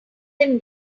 them